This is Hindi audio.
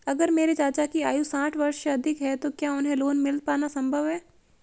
अगर मेरे चाचा की आयु साठ वर्ष से अधिक है तो क्या उन्हें लोन मिल पाना संभव है?